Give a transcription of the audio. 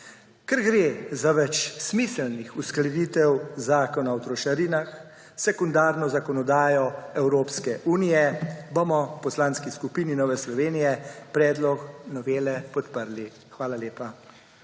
Ker gre za več smiselnih uskladitev zakona o trošarinah s sekundarno zakonodajo Evropske unije, bomo v Poslanski skupini Nove Slovenije predlog novele podprli. Hvala lepa.